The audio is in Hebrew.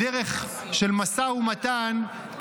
בדרך של משא ומתן,